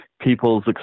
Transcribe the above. People's